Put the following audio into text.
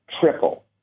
triple